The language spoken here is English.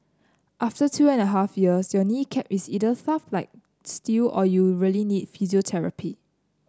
after two and a half years your knee cap is either tough like steel or you really need physiotherapy